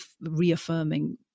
reaffirming